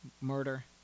murder